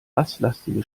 basslastige